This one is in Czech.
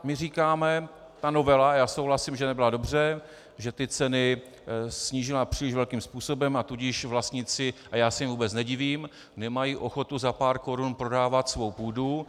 My říkáme: Ta novela, souhlasím, že nebyla dobře, že ceny snížila příliš velkým způsobem, a tudíž vlastníci, a já se jim vůbec nedivím, nemají ochotu za pár korun prodávat svou půdu.